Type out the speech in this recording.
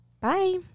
Bye